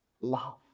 love